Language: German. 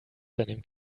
seinem